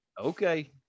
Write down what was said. Okay